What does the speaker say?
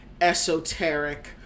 esoteric